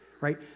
right